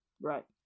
Right